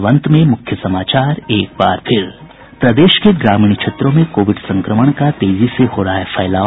और अब अंत में मुख्य समाचार प्रदेश के ग्रामीण क्षेत्रों में कोविड संक्रमण का तेजी से हो रहा है फैलाव